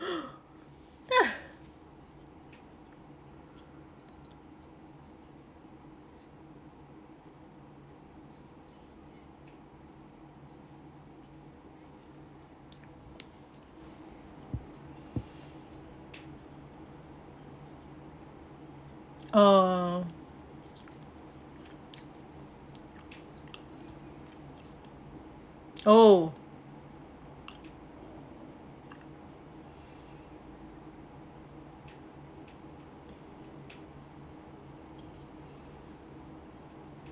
ah orh oh